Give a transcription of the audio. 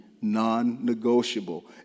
non-negotiable